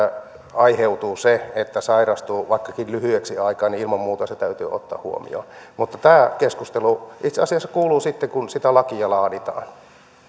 aiheutuu se että sairastuu vaikkakin lyhyeksi aikaa niin ilman muuta se täytyy ottaa huomioon mutta tämä keskustelu itse asiassa kuuluu siihen kun sitä lakia laaditaan